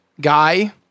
guy